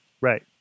Right